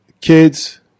kids